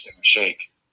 shake